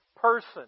person